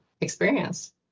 experience